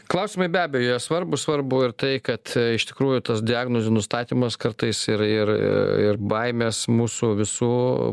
klausimai be abejo jie svarbūs svarbu ir tai kad iš tikrųjų tas diagnozių nustatymas kartais ir ir ir baimės mūsų visų